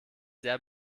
sehr